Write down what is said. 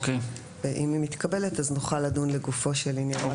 אם היא מתקבלת נוכל לדון לגופו של עניין.